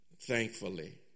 Thankfully